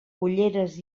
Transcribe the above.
ulleres